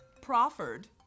Proffered